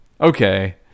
okay